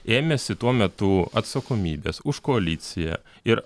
ėmėsi tuo metu atsakomybės už koaliciją ir